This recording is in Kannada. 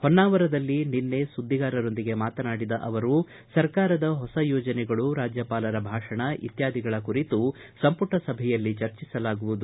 ಹೊನ್ನಾವರದಲ್ಲಿ ನಿನ್ನೆ ಸುದ್ದಿಗಾರರೊಂದಿಗೆ ಮಾತನಾಡಿದ ಅವರು ಸರ್ಕಾರದ ಹೊಸ ಯೋಜನೆಗಳು ರಾಜ್ಯಪಾಲರ ಭಾಷಣ ಇತ್ಯಾದಿಗಳ ಕುರಿತು ಸಂಪುಟ ಸಭೆಯಲ್ಲಿ ಚರ್ಚಿಸಲಾಗುವುದು